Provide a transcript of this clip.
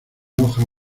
hojas